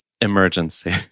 Emergency